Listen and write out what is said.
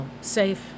Safe